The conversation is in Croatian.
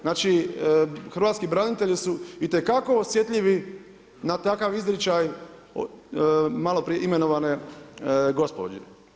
Znači, hrvatski branitelji su itekako osjetljivi na takav izričaj malo prije imenovane gospođe.